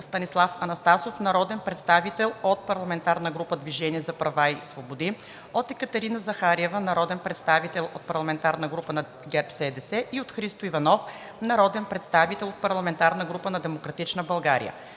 Станислав Анастасов, народен представител от парламентарната група на „Движение за права и свободи“, от Екатерина Захариева, народен представител от парламентарната група на ГЕРБ-СДС, и от Христо Иванов, народен представител от парламентарната група на „Демократична България“.